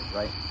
right